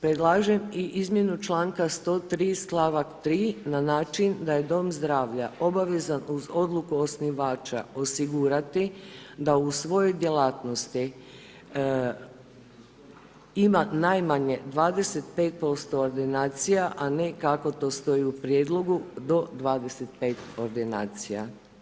Predlažem i izmjenu čl. 103., st. 3. na način da je dom zdravlja obavezan uz odluku osnivača osigurati da u svojoj djelatnosti ima najmanje 25% ordinacija, a ne kako to stoji u prijedlogu do 25 ordinacija.